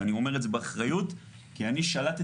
ואני אומר את זה באחריות כי אני שלטתי